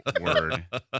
word